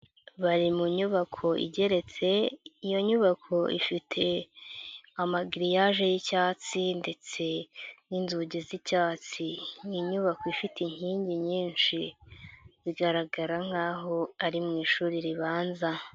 Bari mu nyubako igeretse iyo nyubako ifite amagiriyage y'icyatsi ndetse n'inzugi z'icyatsi. Ni inyubako ifite inkingi nyinshi bigaragara nkaho ari mu ishuri ribanza.